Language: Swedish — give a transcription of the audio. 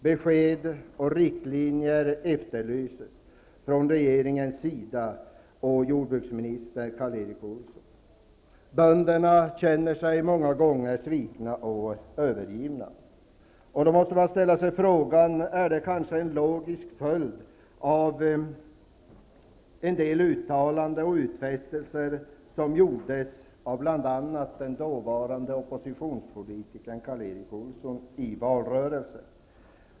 Besked och riktlinjer efterlyses från regeringens sida och från jordbruksminister Bönderna känner sig många gånger svikna och övergivna. Man måste då ställa sig frågan: Är det kanske en logisk följd av en del uttalanden och utfästelser som gjordes av bl.a. den dåvarande oppositionspolitikern Karl Erik Olsson i valrörelsen?